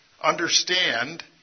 understand